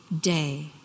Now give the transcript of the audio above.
day